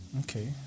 Okay